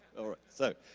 alright, so,